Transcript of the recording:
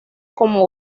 como